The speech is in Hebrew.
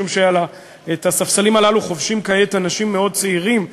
משום שאת הספסלים הללו חובשים כעת אנשים מאוד צעירים,